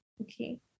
Okay